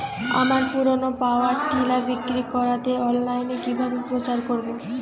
আমার পুরনো power tiller বিক্রি করাতে অনলাইনে কিভাবে প্রচার করব?